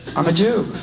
i'm a jew.